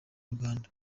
uganda